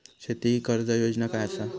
शेती कर्ज योजना काय असा?